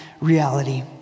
reality